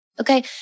okay